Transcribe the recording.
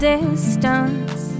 distance